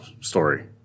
story